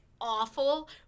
awful